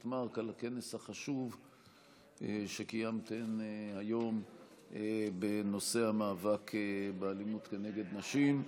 מארק על הכנס החשוב שקיימתן היום בנושא המאבק באלימות נגד נשים.